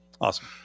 Awesome